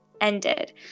ended